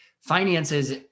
finances –